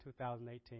2018